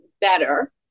better